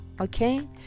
Okay